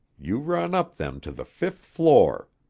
you run up them to the fifth floor.